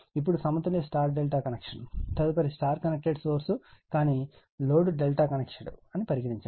ఇప్పుడు సమతుల్య Υ ∆ కనెక్షన్ తదుపరి Υ కనెక్టెడ్ సోర్స్ కానీ లోడ్ ∆ కనెక్షన్ అని పరిగణించండి